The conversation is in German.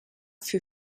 für